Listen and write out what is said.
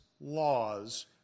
laws